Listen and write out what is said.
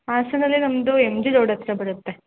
ಹಾಸನ್ನಲ್ಲಿ ನಮ್ಮದು M G road ಹತ್ರ ಬರುತ್ತೆ